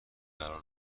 قرار